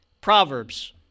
Proverbs